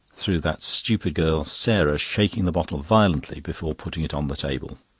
through that stupid girl sarah shaking the bottle violently before putting it on the table.